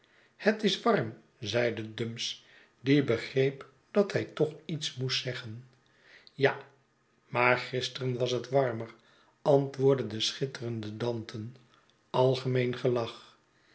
het is warm zeide dumps die begreep dat hij toch iets moest zeggen ja maar gisteren was het warmer antwoordde de schitterende danton algemeen gelach